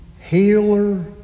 healer